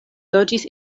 loĝis